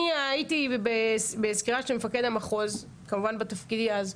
אני הייתי בסקירה של מפקד המחוז כמובן בתפקידי אז,